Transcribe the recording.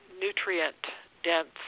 nutrient-dense